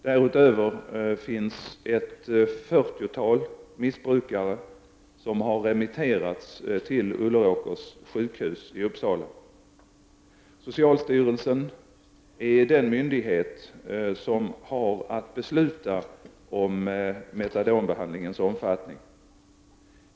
Därutöver finns ett fyrtiotal missbrukare som har remitterats till Ulleråkers sjukhus i Uppsala. Socialstyrelsen är den myndighet som har att besluta om metadonbehandlingens omfattning.